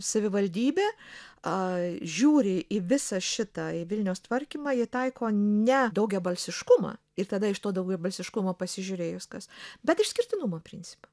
savivaldybė a žiūri į visą šitą vilniaus tvarkymą ji taiko ne daugiabalsiškumą ir tada iš to daugiabalsiškumo pasižiūrėjus kas bet išskirtinumo principą